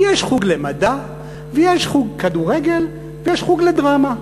יש חוג למדע ויש חוג כדורגל ויש חוג לדרמה.